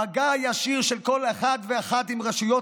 המגע הישיר של כל אחד ואחת עם רשויות